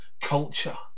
culture